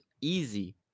easy